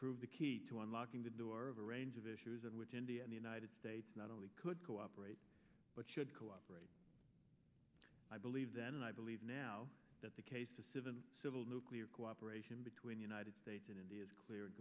proved the key to unlocking the door of a range of issues in which india and the united states not only could cooperate but should cooperate i believe then and i believe now that the case to sivan civil nuclear cooperation between united states and india is clear